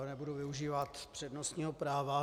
Nebudu využívat přednostního práva.